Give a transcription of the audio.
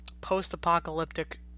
post-apocalyptic